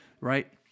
right